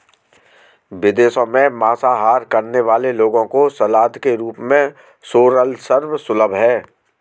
विदेशों में मांसाहार करने वाले लोगों को सलाद के रूप में सोरल सर्व सुलभ है